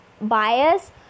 bias